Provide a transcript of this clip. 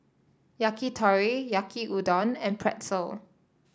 Yakitori Yaki Udon and Pretzel